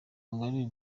ngali